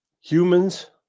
humans